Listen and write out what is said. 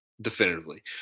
definitively